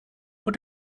what